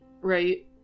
Right